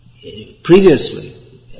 previously